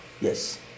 Yes